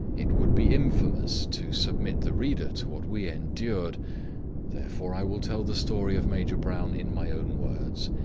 it would be infamous to submit the reader to what we endured therefore i will tell the story of major brown in my own words.